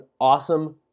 awesome